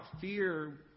fear